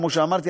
כמו שאמרתי,